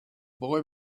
boy